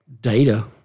data